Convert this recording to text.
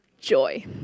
Joy